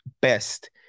best